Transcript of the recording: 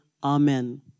Amen